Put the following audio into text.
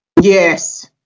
Yes